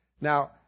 Now